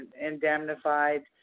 indemnified